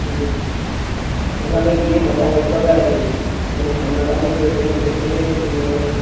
হুম ওখানে গিয়ে কথা বলতে হবে আর কি ওই সামনাসামনি রয়েছে কোচিংটা যেহেতু শিব মন্দিরটা